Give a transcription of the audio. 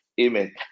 Amen